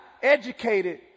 educated